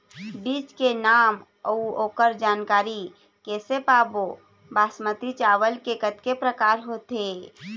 बीज के नाम अऊ ओकर जानकारी कैसे पाबो बासमती चावल के कतेक प्रकार होथे?